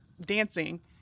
dancing